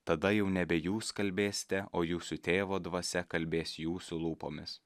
tada jau nebe jūs kalbėsite o jūsų tėvo dvasia kalbės jūsų lūpomis